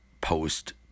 post